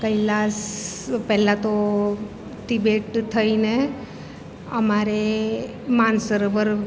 કૈલાસ પહેલાં તો તિબેટ થઈને અમારે માનસરોવર